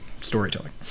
storytelling